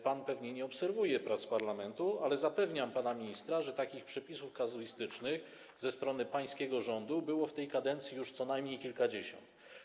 Pan pewnie nie obserwuje prac parlamentu, ale zapewniam pana ministra, że takich przepisów kazuistycznych ze strony pańskiego rządu było w tej kadencji już co najmniej kilkadziesiąt.